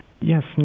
yes